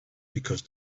because